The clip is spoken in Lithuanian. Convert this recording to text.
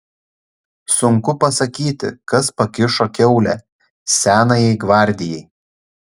sunku pasakyti kas pakišo kiaulę senajai gvardijai